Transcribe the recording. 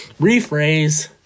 Rephrase